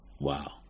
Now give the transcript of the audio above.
Wow